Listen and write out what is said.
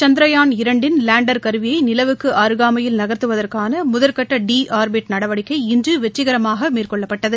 சந்திரயான் இரண்டின் லேண்டர் கருவியை நிலவுக்கு அருகாமையில் நகர்த்துவற்கான முதற்கட்ட டி ஆர்பிட் நடவடிக்கை இன்று வெற்றிகரமாக மேற்கொள்ளப்பட்டது